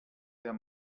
der